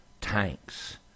tanks